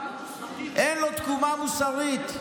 אין לו תקומה מוסרית.